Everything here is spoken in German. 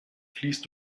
fließt